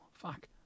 Fuck